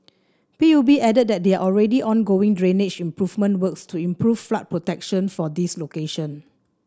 P U B added that there are already ongoing drainage improvement works to improve flood protection for these location